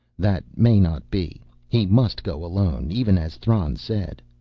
that may not be. he must go alone, even as thran said.